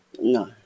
No